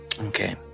Okay